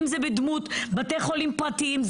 אם זה בדמות בתי חולים פרטיים.